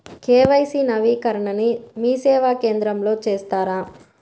KYC నవీకరణని మీసేవా కేంద్రం లో చేస్తారా?